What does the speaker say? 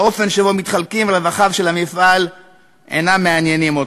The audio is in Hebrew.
האופן שבו מתחלקים רווחיו של המפעל אינו מעניין אותך.